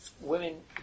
women